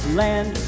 Land